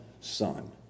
son